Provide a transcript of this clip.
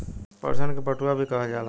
पटसन के पटुआ भी कहल जाला